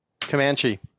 Comanche